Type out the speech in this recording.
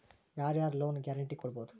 ಯಾರ್ ಯಾರ್ loan guarantee ಕೊಡ್ಬೊದು?